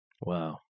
Wow